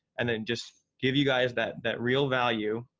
and then just give you guys that that real value.